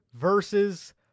versus